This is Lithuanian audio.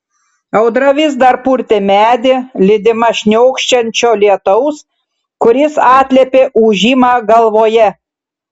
audra vis dar purtė medį lydima šniokščiančio lietaus kuris atliepė ūžimą galvoje